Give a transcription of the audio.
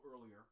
earlier